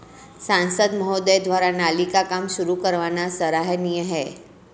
सांसद महोदय द्वारा नाली का काम शुरू करवाना सराहनीय है